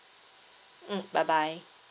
mm bye bye